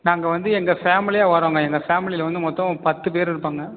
நாங்கள் வந்து எங்கள் ஃபேமிலியாக வரோம் எங்கள் ஃபேமிலியில் வந்து மொத்தம் பத்து பேர் இருப்பாங்க